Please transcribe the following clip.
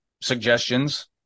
suggestions